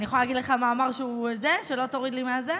אני יכולה להגיד לך מאמר שלא תוריד לי מהדקות?